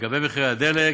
לגבי מחירי הדלק,